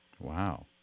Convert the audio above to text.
Wow